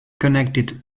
connected